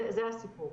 זה הסיפור.